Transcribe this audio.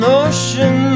ocean